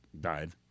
died